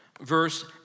verse